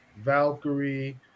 Valkyrie